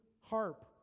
harp